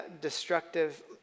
destructive